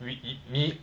we it me